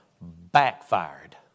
backfired